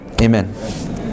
Amen